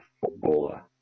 footballer